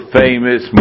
famous